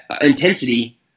intensity